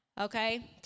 Okay